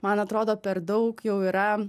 man atrodo per daug jau yra